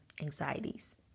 anxieties